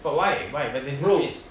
but why why when there's no risk